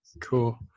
Cool